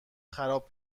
خراب